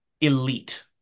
elite